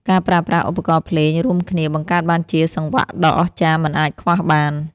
ការប្រើប្រាស់ឧបករណ៍ភ្លេងរួមគ្នាបង្កើតបានជាសង្វាក់ដ៏អស្ចារ្យមិនអាចខ្វះបាន។